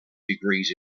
degrees